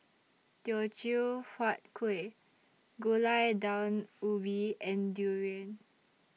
Teochew Huat Kuih Gulai Daun Ubi and Durian